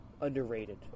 underrated